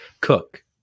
Cook